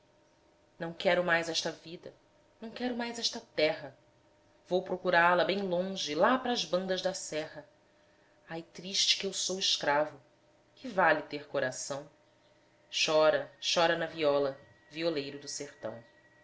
não quero mais esta vida não quero mais esta terra vou procurá-la bem longe lá para as bandas da serra ai triste que eu sou escravo que vale ter coração chora chora na viola violeiro do sertão